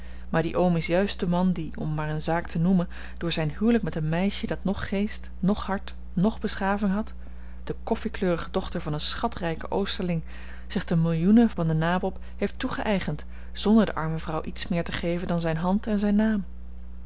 maar die oom is juist de man die om maar eene zaak te noemen door zijn huwelijk met een meisje dat noch geest noch hart noch beschaving had den koffiekleurige dochter van een schatrijken oosterling zich de millioenen van den nabob heeft toegeëigend zonder de arme vrouw iets meer te geven dan zijne hand en zijn naam